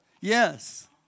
Yes